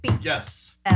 Yes